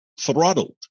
throttled